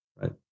Right